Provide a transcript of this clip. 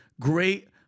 great